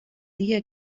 dia